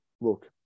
look